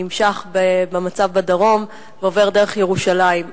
נמשך במצב בדרום ועובר דרך ירושלים.